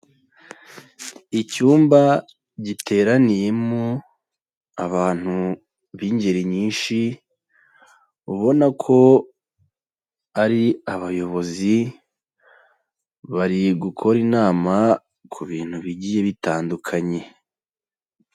Icyumba giteraniyemo abantu b'ingeri nyinshi ubona ko ari abayobozi, bari gukora inama ku bintu bigiye bitandukanye.